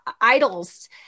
idols